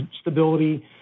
stability